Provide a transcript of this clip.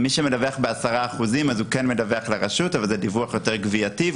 מי שמדווח ב-10% מדווח לרשות אבל זה דיווח יותר גבייתי,